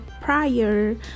prior